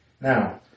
Now